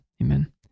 amen